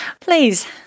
Please